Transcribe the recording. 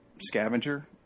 scavenger